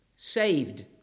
Saved